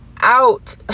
out